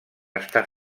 està